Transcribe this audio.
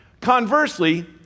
Conversely